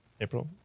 April